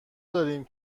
داریم